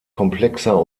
komplexer